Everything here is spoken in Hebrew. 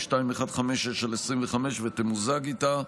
פ/2156/25, ותמוזג איתה.